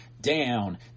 down